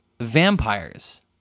vampires